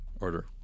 Order